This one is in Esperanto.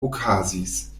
okazis